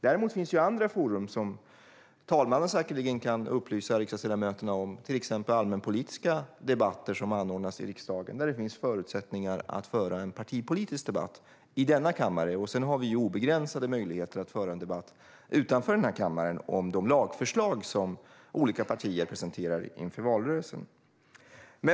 Det finns däremot andra forum, som talmannen säkerligen kan upplysa riksdagsledamöterna om, till exempel allmänpolitiska debatter som anordnas i riksdagen när det finns förutsättningar att föra en partipolitisk debatt i kammaren. Sedan har vi obegränsade möjligheter att föra en debatt utanför denna kammare om de lagförslag som olika partier presenterar inför valrörelsen.